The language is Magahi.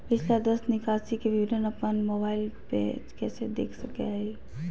पिछला दस निकासी के विवरण अपन मोबाईल पे कैसे देख सके हियई?